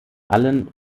allen